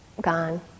gone